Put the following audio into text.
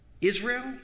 Israel